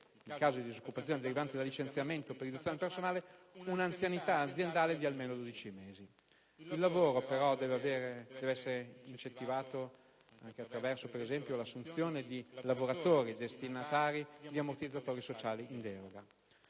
nel caso di disoccupazione derivante da licenziamento per riduzione di personale, un'anzianità aziendale di almeno 12 mesi. Il lavoro deve però essere incentivato anche attraverso, per esempio, l'assunzione di lavoratori destinatari di ammortizzatori sociali in deroga.